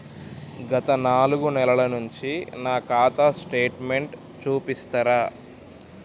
గత నాలుగు నెలల నుంచి నా ఖాతా స్టేట్మెంట్ చూపిస్తరా?